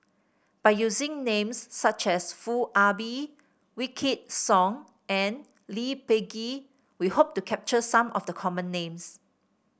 by using names such as Foo Ah Bee Wykidd Song and Lee Peh Gee we hope to capture some of the common names